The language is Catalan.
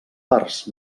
parts